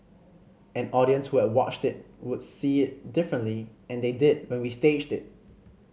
an audience who had watched it would see it differently and they did when we staged it